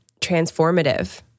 transformative